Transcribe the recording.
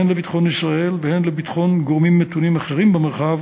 הן לביטחון ישראל והן לביטחון גורמים מתונים אחרים במרחב,